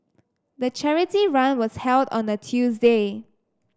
the charity run was held on a Tuesday